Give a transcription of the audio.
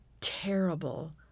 terrible